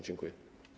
Dziękuję.